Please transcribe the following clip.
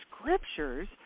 scriptures